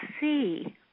see